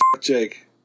Jake